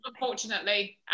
Unfortunately